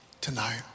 tonight